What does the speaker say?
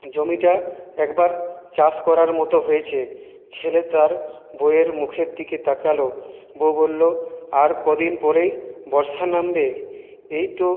জমিটা একবার চাষ করার মতো হয়েছে ছেলে তার বউয়ের মুখের দিকে তাকালো বউ বললো আর ক দিন পরেই বর্ষা নামবে এই তো